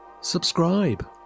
Subscribe